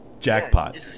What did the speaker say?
jackpot